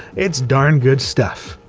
it's darn good stuff.